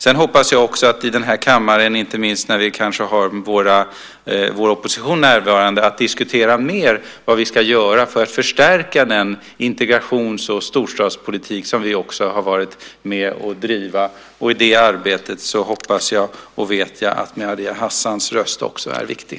Sedan hoppas jag också att vi i den här kammaren, inte minst när vi har oppositionen närvarande, kan diskutera mer om vad vi ska göra för att förstärka den integrations och storstadspolitik som vi har varit med om att driva. I det arbetet hoppas och vet jag att Maria Hassans röst också är viktig.